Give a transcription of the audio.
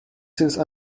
since